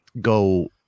go